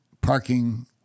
parking